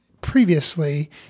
previously